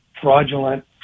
fraudulent